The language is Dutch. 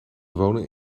wonen